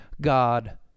God